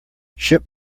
ship